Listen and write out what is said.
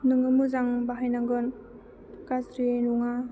नोङो मोजां बाहायनांगोन गाज्रियै नङा